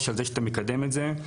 על כך שאתה מקדם את זה.